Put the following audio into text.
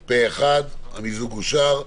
המיזוג פה אחד המיזוג אושר.